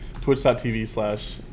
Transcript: Twitch.tv/slash